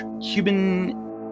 Cuban